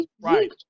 right